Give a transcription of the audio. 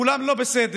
כולם לא בסדר,